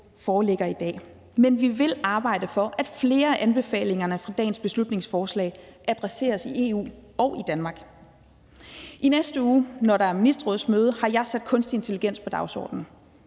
foreligger i dag. Men vi vil arbejde for, at flere af anbefalingerne fra dagens beslutningsforslag adresseres i EU og i Danmark. I næste uge, når der er ministerrådsmøde, har jeg sat kunstig intelligens på dagsordenen.